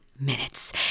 minutes